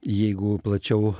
jeigu plačiau